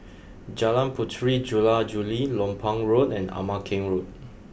Jalan Puteri Jula Juli Lompang Road and Ama Keng Road